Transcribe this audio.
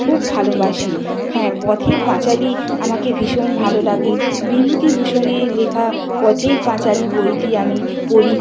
খুব ভালোবাসি হ্যাঁ পথের পাঁচালী আমাকে ভীষণ ভালো লাগে বিভূতিভূষণের লেখা পথের পাঁচালী বইটি আমি পড়ি